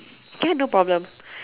can no problem